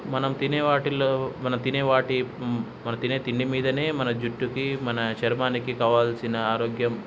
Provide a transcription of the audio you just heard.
మనం తినే వాటిల్లో మనం తినే వాటి మన తినే తిండి మీదనే మన జుట్టుకి మన చర్మానికి కావాల్సిన ఆరోగ్యం